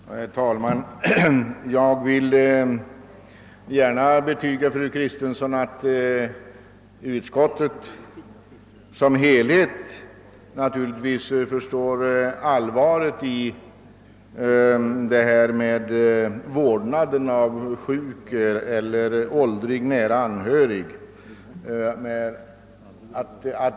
Herr talman! Jag vill gärna betyga, fru Kristensson, att utskottet som helhet förstår allvaret i fråga om vårdnaden av sjuk eller åldrig nära anhörig.